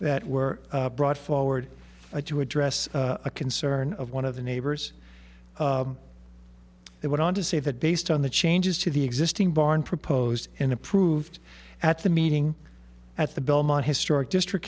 that were brought forward to address a concern of one of the neighbors that went on to say that based on the changes to the existing barn proposed in approved at the meeting at the belmont historic district